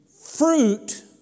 Fruit